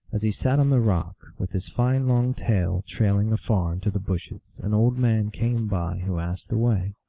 as he sat on the rock, with his fine long tail trailing afar into the bushes, an old man came by who asked the way.